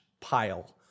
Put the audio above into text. pile